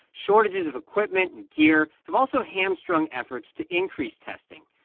shortages of equipment and gear have also hamstrung efforts to increase testing.